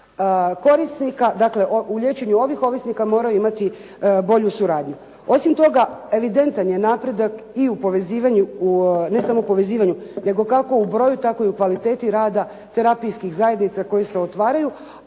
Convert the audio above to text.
korisnika, dakle u liječenju ovih ovisnika moraju imati bolju suradnju. Osim toga, evidentan je napredak i u povezivanju, ne samo povezivanju nego kako u broju tako i u kvaliteti rada terapijskih zajednica koje se otvaraju.